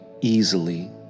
easily